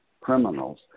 criminals